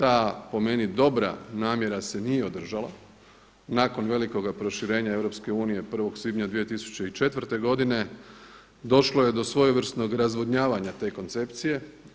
Nažalost, ta po meni dobra namjera se nije održala nakon velikoga proširenja EU 1. svibnja 2004. godine došlo je do svojevrsnog razvodnjavanja te koncepcije.